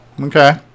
Okay